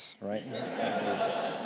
right